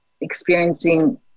experiencing